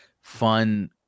fun